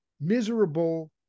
miserable